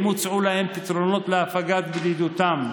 אם הוצעו להם פתרונות להפגת בדידותם,